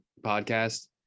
podcast